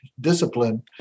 discipline